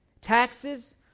taxes